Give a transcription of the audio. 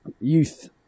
youth